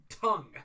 Tongue